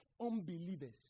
unbelievers